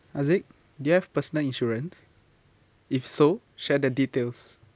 haziq do you have personal insurance if so share the details